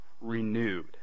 renewed